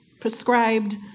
prescribed